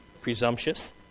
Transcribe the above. presumptuous